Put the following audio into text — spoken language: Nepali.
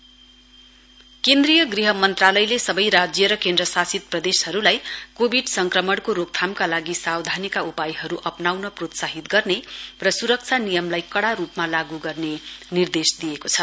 एमएचए केन्द्रीय गृह मन्त्रीले सबै राज्य र केन्द्रशासित प्रदेशहरुलाई कोविड संक्रमणको रोकथामका लागि सावधानीका उपायहरु अप्नाउन प्रोत्साहित गर्ने र सुरक्षा नियमलाई कड़ा रुपमा लागू गर्ने निर्देश दिएको छ